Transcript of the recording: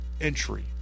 entry